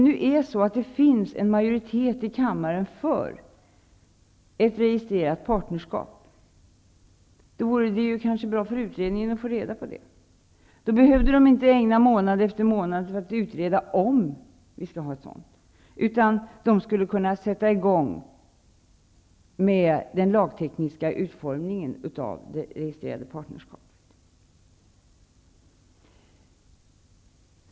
Om det finns en majoritet i kammaren för ett registrerat partnerskap vore det kanske bra för utredningen att få reda på det. Då behövde man inte ägna månad efter månad åt att utreda om vi skall ha ett sådant partnerskap, utan man skulle kunna sätta i gång med den lagtekniska utformningen av det registrerade partnerskapet.